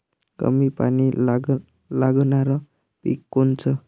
कमी पानी लागनारं पिक कोनचं?